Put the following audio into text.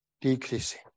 decreasing